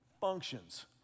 functions